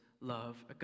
love